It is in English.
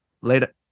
Later